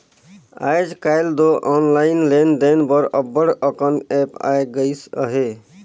आएज काएल दो ऑनलाईन लेन देन बर अब्बड़ अकन ऐप आए गइस अहे